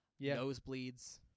nosebleeds